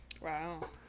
Wow